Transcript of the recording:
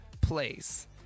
place